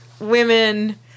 women